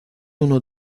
uno